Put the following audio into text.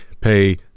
Pay